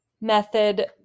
method